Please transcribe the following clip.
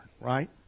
right